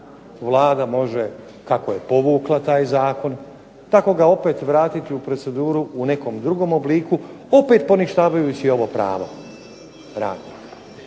Vlada može kako je povukla taj zakon tako ga opet vratiti proceduru u nekom drugom obliku opet poništavajući ovo pravo. Prema